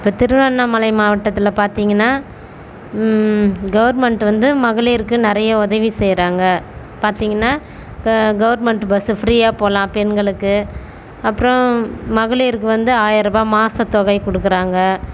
இப்போ திருவண்ணாமலை மாவட்டத்தில் பார்த்தீங்கனா கவர்மெண்ட் வந்து மகளிருக்கு நிறைய உதவி செய்கிறாங்க பார்த்தீங்கனா கவர்மெண்ட் பஸ் ஃப்ரீயாக போகலாம் பெண்களுக்கு அப்றம் மகளிருக்கு வந்து ஆயரரூவா மாதத் தொகை கொடுக்குறாங்க